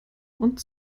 und